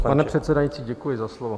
Pane předsedající, děkuji za slovo.